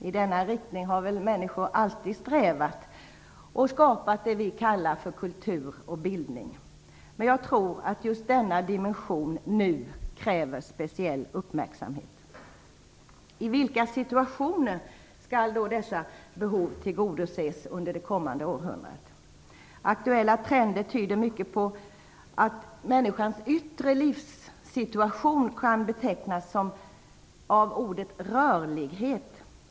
I den riktningen har väl människor alltid strävat och skapat vad vi kallar för kultur och bildning. Men jag tror att just denna dimension nu kräver speciell uppmärksamhet. I vilka situationer skall då dessa behov tillgodoses under det kommande århundradet? Aktuella trender tyder mycket på att människans yttre livssituation kan betecknas med ordet rörlighet.